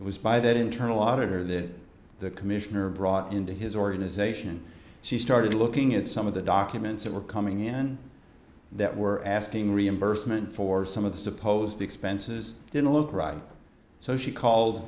it was by that internal auditor that the commissioner brought into his organization she started looking at some of the documents that were coming in that were asking reimbursement for some of the supposed expenses didn't look right so she called